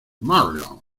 maryland